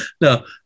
No